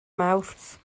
mawrth